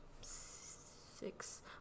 six